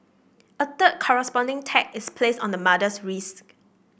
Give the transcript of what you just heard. a third corresponding tag is placed on the mother's wrist